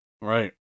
Right